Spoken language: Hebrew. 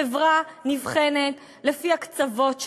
חברה נבחנת לפי הקצוות שלה,